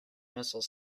missile